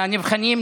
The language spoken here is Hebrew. לנבחנים,